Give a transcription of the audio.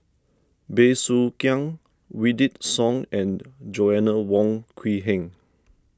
Bey Soo Khiang Wykidd Song and Joanna Wong Quee Heng